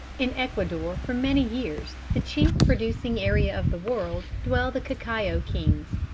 in ecuador, for many years the chief producing area of the world, dwell the cacao kings,